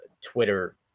Twitter